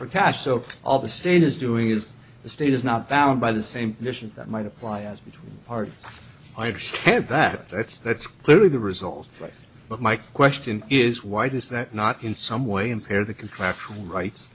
for cash so all the state is doing is the state is not bound by the same conditions that might apply as between part i understand that that's that's clearly the result but my question is why does that not in some way impair the contractual rights